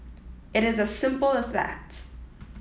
it is as simple as that